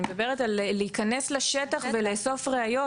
אני מדברת על להיכנס לשטח ולאסוף ראיות